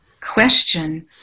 question